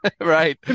Right